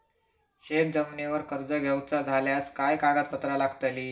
शेत जमिनीवर कर्ज घेऊचा झाल्यास काय कागदपत्र लागतली?